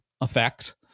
effect